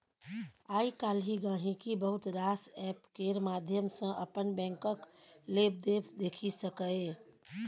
आइ काल्हि गांहिकी बहुत रास एप्प केर माध्यम सँ अपन बैंकक लेबदेब देखि सकैए